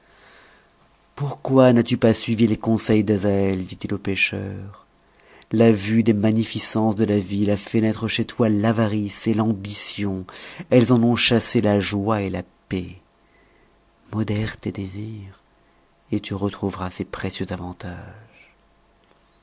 pourquoi n'as-tu pas suivi les conseils d'azaël dit-il au pêcheur la vue des magnificences de la ville a fait naître chez toi l'avarice et l'ambition elles en ont chassé la joie et la paix modère tes désirs et tu retrouveras ces précieux avantages